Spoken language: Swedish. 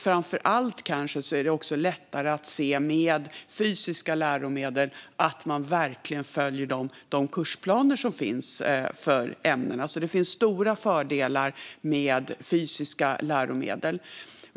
Framför allt gör fysiska läromedel det lättare att se att man verkligen följer de kursplaner som finns för ämnena. Det finns alltså stora fördelar med fysiska läromedel.